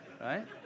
right